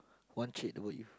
what trade the world if